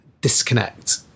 disconnect